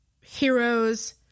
Heroes